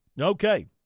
Okay